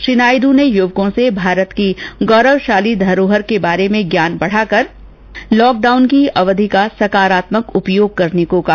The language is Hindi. श्री नायडू ने युवकों से भारत की गौरवशाली धरोहर के बारे में ज्ञान बढ़ाकर लॉकडाउन अवधि का सकारात्मक उपयोग करने को कहा